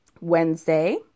Wednesday